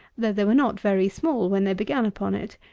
though they were not very small when they began upon it.